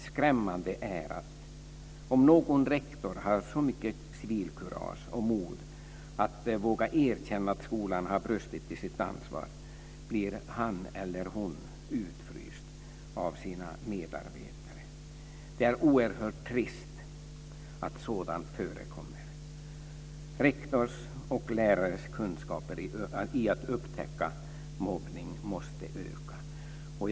Skrämmande är att om någon rektor har så mycket civilkurage och mod att våga erkänna att skolan har brustit i sitt ansvar, blir han eller hon utfryst av sina medarbetare. Det är oerhört trist att sådant förekommer. Rektors och lärares förmåga att upptäcka mobbning måste öka.